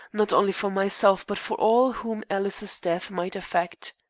not only for myself, but for all whom alice's death might affect.